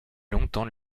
longtemps